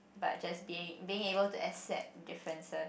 but just be being able to accept differences